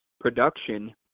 production